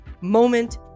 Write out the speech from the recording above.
moment